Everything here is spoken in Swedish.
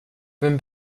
vem